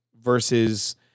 versus